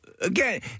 again